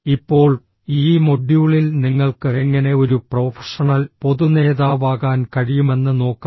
ഇപ്പോൾ ഈ മൊഡ്യൂളിൽ നിങ്ങൾക്ക് എങ്ങനെ ഒരു പ്രൊഫഷണൽ പൊതുനേതാവാകാൻ കഴിയുമെന്ന് നോക്കാം